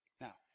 Now